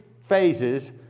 phases